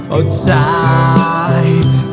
Outside